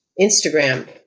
Instagram